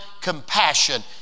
compassion